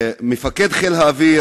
מפקד חיל האוויר,